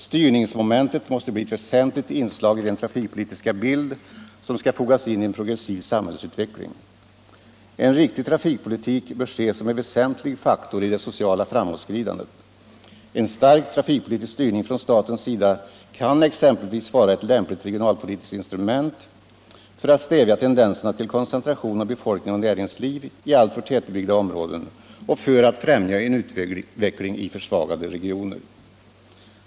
Styrningsmomentet måste bli ett väsentligt inslag i den trafikpolitiska bild som skall fogas in i en progressiv samhällsutveckling. En riktig trafikpolitik bör ju ses som en väsentlig faktor i det sociala framåtskridandet. En stark trafikpolitisk styrning från statens sida kan exempelvis vara ett lämpligt regionalpolitiskt instrument för att stävja tendenserna till koncentration av befolkning och näringsliv i alltför tätbebyggda områden och för att främja en utveckling i försvagade regioner.